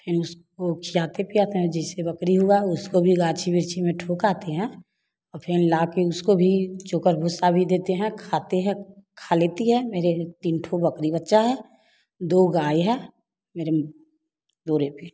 फिर उसको खिलाते पिलाते हैं जैसे बकरी हुआ उसको भी गाछी बिछी में ठोक आते हैं और फिर लाके उसको भी चोकर भूसा भी देतें है खाती है खा लेती है मेरी तीन ठु बकरी बच्चा है दो गाय है मेरे दो रोए